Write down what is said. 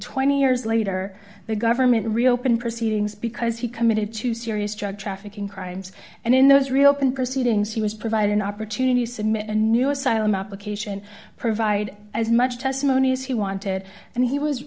twenty years later the government reopened proceedings because he committed to serious drug trafficking crimes and in those reopened proceedings he was provided an opportunity to submit a new asylum application provide as much testimony as he wanted and he was